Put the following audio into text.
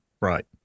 right